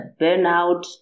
burnout